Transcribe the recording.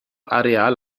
areal